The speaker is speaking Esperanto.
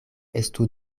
estu